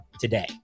today